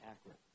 accurate